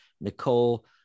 nicole